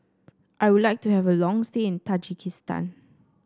I would like to have a long stay in Tajikistan